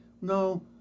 No